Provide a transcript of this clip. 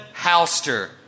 Halster